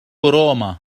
روما